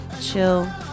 chill